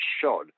shod